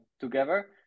together